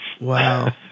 Wow